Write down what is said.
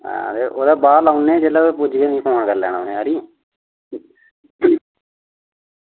ओह्दे बाहर लाई लैनी ते पुज्जियै फोन करी लैना मिगी